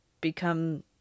become